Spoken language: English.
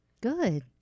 Good